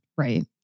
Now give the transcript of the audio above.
Right